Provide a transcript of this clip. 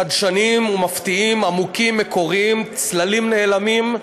חדשנים ומפתיעים, עמוקים, מקוריים, צללים נעלמים,